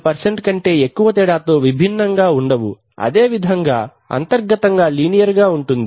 2 కంటే ఎక్కువ తేడాతో విభిన్నంగా ఉండవు అదేవిధంగా అంతర్గతంగా లీనియర్ గా ఉంటుంది